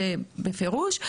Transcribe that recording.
זה בפירוש.